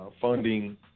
funding